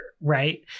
right